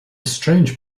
strange